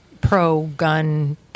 pro-gun